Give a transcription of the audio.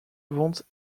vente